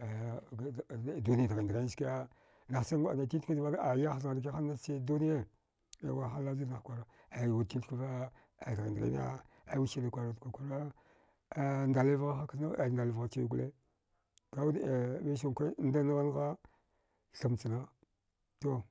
aya duniya dghin dghin ske nahcha nguna titkwe zane a yahdaghar kiha a nach duniya e wahala zudnah kwara aya wudtitkwva aya dghin dghina aya wiskada kwarwud kwakwara a ndalivgha hakanna ndalvgha chwi gole kawud 2isan nkwa nda nghangha thamchna to.